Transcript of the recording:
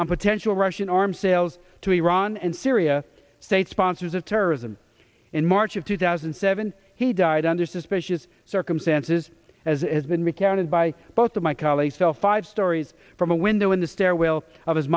on potential russian arms sales to iran and syria state sponsors of terrorism in march of two thousand and seven he died under suspicious circumstances as has been recounted by both of my colleagues fell five stories from a window in the stairwell of his